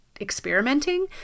experimenting